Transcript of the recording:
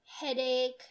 headache